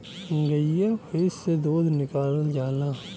गइया भईस से दूध निकालल जाला